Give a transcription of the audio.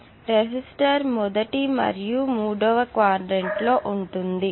కాబట్టి రెసిస్టర్ మొదటి మరియు మూడవ క్వాడ్రంట్ లో ఉంటుంది